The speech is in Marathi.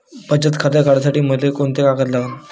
बचत खातं काढासाठी मले कोंते कागद लागन?